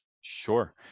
Sure